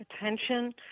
attention